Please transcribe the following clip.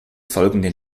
folgenden